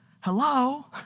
Hello